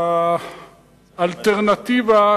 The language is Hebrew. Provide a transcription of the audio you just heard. האלטרנטיבה,